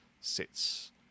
sits